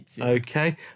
Okay